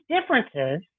differences